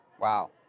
Wow